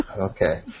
Okay